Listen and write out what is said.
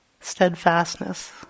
steadfastness